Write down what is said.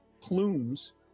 plumes